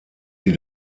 sie